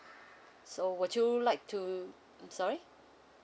so would you like to I'm sorry